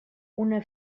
una